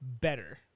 better